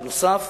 בנוסף,